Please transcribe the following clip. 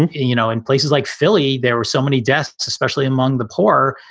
you know, in places like philly. there were so many deaths, especially among the poor,